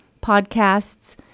podcasts